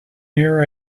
near